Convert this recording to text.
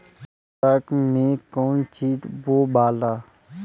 बैसाख मे कौन चीज बोवाला?